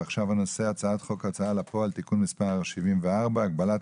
על סדר-היום: הצעת חוק ההוצאה לפועל (תיקון מס' 74) (הגבלת